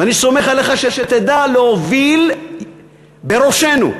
ואני סומך עליך שתדע להוביל בראשותנו